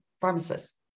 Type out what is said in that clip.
pharmacists